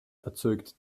erzeugt